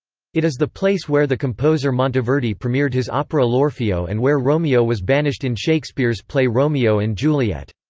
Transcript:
it is the place where the composer monteverdi premiered his opera l'orfeo and where romeo was banished in shakespeare's play romeo and juliet.